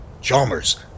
Chalmers